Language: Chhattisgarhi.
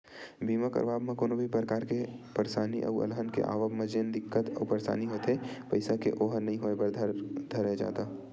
बीमा करवाब म कोनो भी परकार के परसानी अउ अलहन के आवब म जेन दिक्कत अउ परसानी होथे पइसा के ओहा नइ होय बर धरय जादा